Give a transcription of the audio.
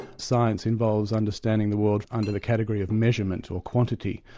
science involves understanding the world under the category of measurement or quantity.